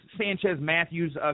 Sanchez-Matthews